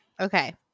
Okay